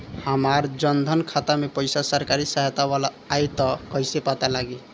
हमार जन धन खाता मे पईसा सरकारी सहायता वाला आई त कइसे पता लागी?